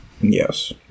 Yes